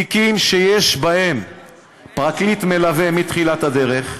תיקים שיש בהם פרקליט מלווה מתחילת הדרך,